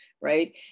right